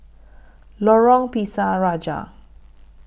Lorong Pisang Raja